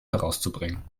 herauszubringen